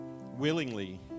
willingly